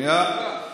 לא שידוע לי.